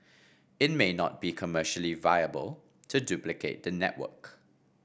it may not be commercially viable to duplicate the network